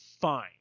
fine